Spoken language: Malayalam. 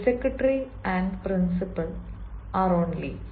the secretary and principal are only leave